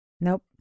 Nope